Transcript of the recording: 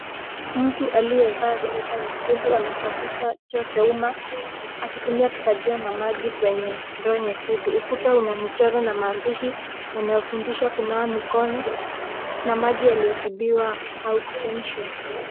Mtu aliyevaa sweta nyekundu anasafisha choo cha umma, akitumia kifagio na maji kwenye ndoo nyekundu. Ukuta una michoro na maandishi yanayofundisha kunawa mikono na maji yaliyotibiwa au kuchemshwa.